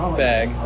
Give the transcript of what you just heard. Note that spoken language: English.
bag